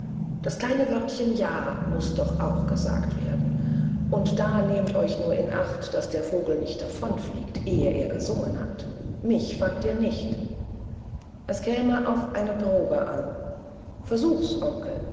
das kleine wörtchen ja muß doch auch gesagt werden und da nehmt euch nur in acht daß der vogel nicht davonfliegt ehe er gesungen hat mich fangt ihr nicht es käme auf eine probe an versuch's